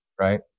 right